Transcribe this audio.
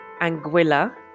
Anguilla